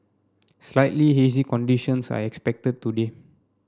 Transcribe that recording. slightly hazy conditions are expected today